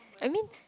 I mean